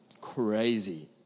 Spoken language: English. crazy